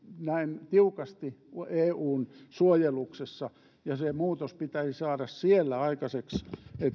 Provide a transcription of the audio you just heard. näin tiukasti eun suojeluksessa ja se muutos pitäisi saada siellä aikaiseksi